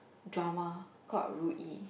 drama called Ru Yi